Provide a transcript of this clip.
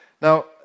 Now